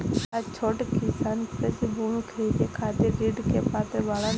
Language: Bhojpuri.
का छोट किसान कृषि भूमि खरीदे खातिर ऋण के पात्र बाडन?